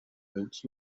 moments